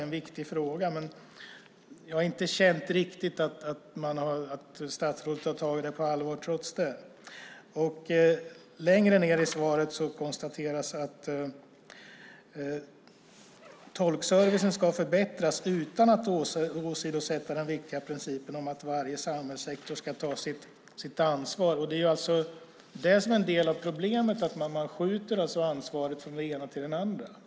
Men jag har trots det inte riktigt känt att statsrådet har tagit frågan allvar. Längre fram i svaret konstaterade statsrådet att tolkservicen ska förbättras utan att åsidosätta den viktiga principen om att varje samhällssektor ska ta sitt ansvar. En del av problemet är att man skjuter över ansvaret från den ena till den andra.